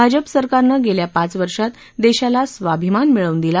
भाजप सरकारनं गेल्या पाच वर्षात देशाला स्वाभिमान मिळवून दिला